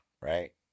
right